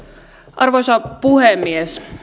arvoisa puhemies